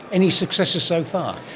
any successes so far?